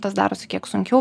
tas darosi kiek sunkiau